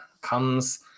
comes